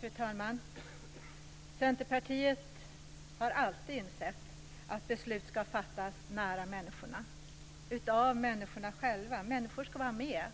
Fru talman! Centerpartiet har alltid insett att beslut ska fattas nära människorna av människorna själva. Människor ska vara med.